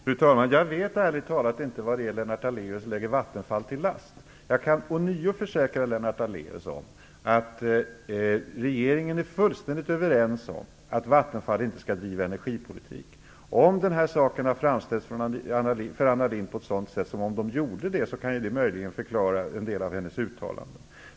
Fru talman! Jag vet ärligt talat inte vad det är som Lennart Daléus lägger Vattenfall till last. Jag kan ånyo försäkra Lennart Daléus att vi i regeringen är fullständigt överens om att Vattenfall inte skall driva energipolitik. Om den här saken för Anna Lindh har framställts på det sättet att Vattenfall har gjort det, kan det möjligen förklara en del av hennes uttalanden.